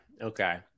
Okay